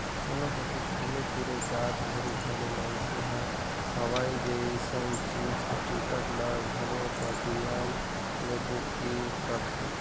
कोनो कति घुमे फिरे जात घरी घलो मइनसे हर हवाई जइसन चीच के टिकट ल घलो पटीएम ले बुकिग करथे